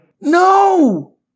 No